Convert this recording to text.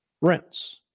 rinse